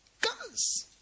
Guns